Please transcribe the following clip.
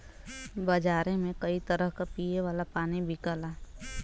बजारे में कई तरह क पिए वाला पानी बिकला